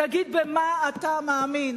תגיד במה אתה מאמין.